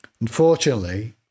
Unfortunately